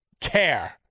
care